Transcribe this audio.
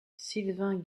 sylvain